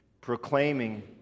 Proclaiming